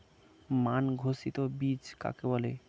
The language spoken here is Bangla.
মান ঘোষিত বীজ কাকে বলে?